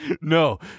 No